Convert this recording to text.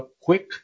quick